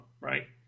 right